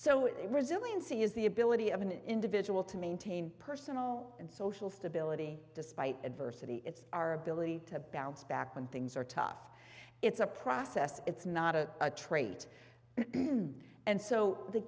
it resiliency is the ability of an individual to maintain personal and social stability despite adversity it's our ability to bounce back when things are tough it's a process it's not a trait and so the